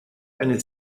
eine